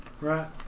right